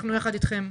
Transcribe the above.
אנחנו יחד אתכם.